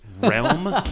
Realm